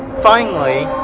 finally.